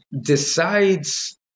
decides